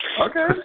Okay